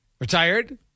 Retired